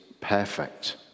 perfect